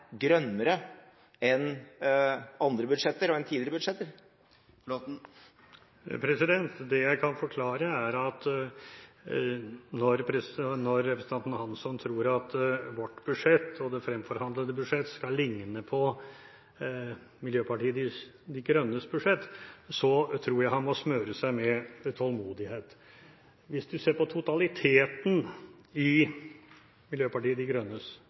grønnere enn andre budsjetter og tidligere budsjetter? Det jeg kan forklare, er at når representanten Hansson tror at vårt budsjett og det fremforhandlede budsjett skal ligne på Miljøpartiet De Grønnes budsjett, må han smøre seg med tålmodighet. Hvis man ser på totaliteten i Miljøpartiet De Grønnes